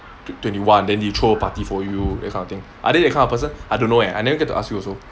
twenty one then they'll throw a party for you that kind of thing are they that kind of person I don't know eh I never get to ask you also